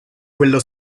quello